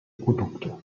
produkte